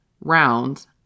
rounds